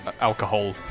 alcohol